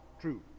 true